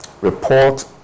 report